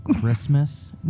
Christmas